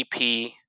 EP